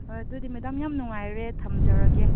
ꯍꯣꯏ ꯑꯗꯨꯗꯤ ꯃꯦꯗꯥꯝ ꯌꯥꯝ ꯅꯨꯡꯉꯥꯏꯔꯦ ꯊꯝꯖꯔꯒꯦ